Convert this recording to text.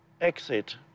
exit